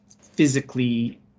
physically